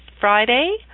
Friday